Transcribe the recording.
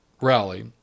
rally